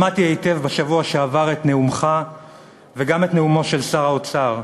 שמעתי היטב בשבוע שעבר את נאומך וגם את נאומו של שר האוצר,